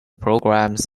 programs